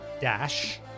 dash